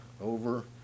over